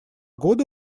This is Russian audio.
года